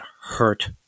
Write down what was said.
hurt